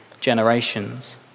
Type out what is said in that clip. generations